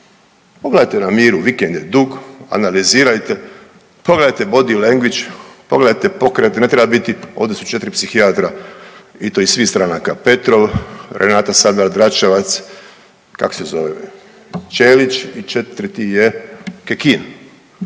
pogledajte na miru vikend je dug, analizirajte pogledajte body language, pogledajte pokrete ne treba biti ovdje su četiri psihijatra i to iz svih stranaka Petrov, Renata Sabljak Dračevac, kak se zove Ćelić i četvrti je Kekin,